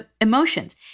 emotions